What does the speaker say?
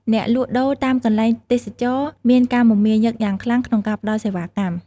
អ្នកលក់ដូរតាមកន្លែងទេសចរណ៍មានការមមាញឹកយ៉ាងខ្លាំងក្នុងការផ្តល់សេវាកម្ម។